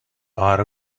are